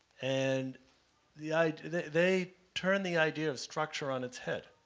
and the idea they they turned the idea of structure on its head.